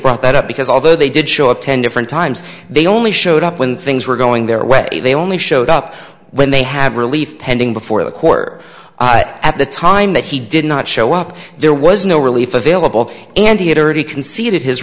brought that up because although they did show up ten different times they only showed up when things were going their way they only showed up when they had relief pending before the court at the time that he did not show up there was no relief available and he had already conceded his